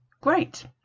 Great